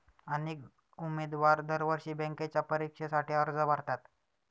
अनेक उमेदवार दरवर्षी बँकेच्या परीक्षेसाठी अर्ज भरतात